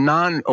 Non